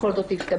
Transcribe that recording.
מה בכל זאת השתבש?